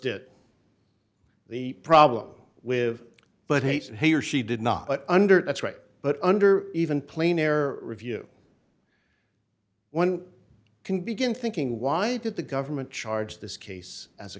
did the problem with but he said he or she did not under that's right but under even plain air review one can begin thinking why did the government charge this case as a